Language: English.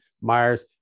Myers